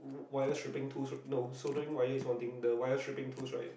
wire shipping tool no so during wire is one thing the wire shipping tool right